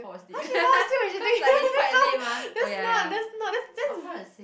how she fall asleep when she teaching your sister that's not that's not that's not that's that's ve~